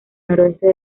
noroeste